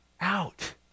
out